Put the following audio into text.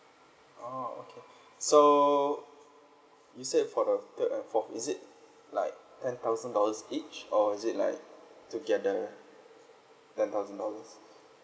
orh okay so you said for the third and forth is it like ten thousand dollars each or is it like together ten thousand dollars